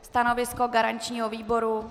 Stanovisko garančního výboru.